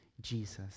Jesus